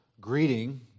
greeting